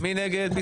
מי נגד?